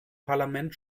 parlament